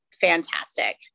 fantastic